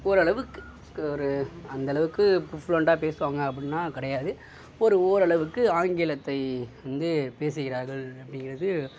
ஓரளவுக்கு ஒரு அந்த அளவுக்கு பேசுவாங்கள் அப்படின்னா கிடையாது ஒரு ஓரளவுக்கு ஆங்கிலத்தை வந்து பேசுகிறார்கள் அப்படிங்குறது